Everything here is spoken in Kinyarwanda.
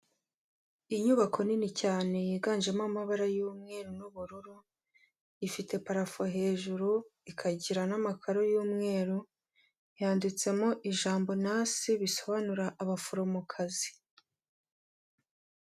Inyubako nini cyane yiganjemo amabara y'umweru n'ubururu, ifite parafo hejuru, ikagira n'amakaro y'umweru, yanditsemo ijambo: "nurse" bisobanura abaforomokazi.